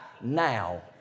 now